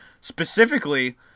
specifically